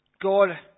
God